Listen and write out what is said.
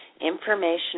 Information